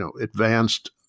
advanced